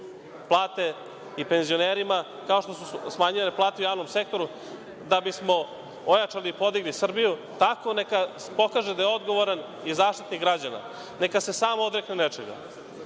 plate i penzionerima, kao što su smanjene plate u javnom sektoru da bismo ojačali i podigli Srbiju, tako neka se pokaže da je odgovoran i Zaštitnik građana. Neka se sam odrekne nečega.